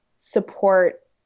support